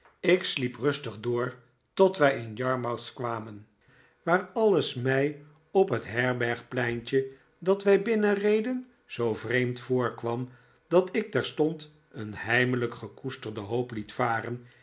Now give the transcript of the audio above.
ik sliep rustig door tot wij in yarmouth kwamen waar alles mij op het herberg pleintje dat wij binnenreden zoo vreemd voorkwam dat ik terstond een heimelijk gekoesterde hoop liet varen